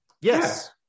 yes